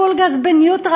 פול גז בניוטרל,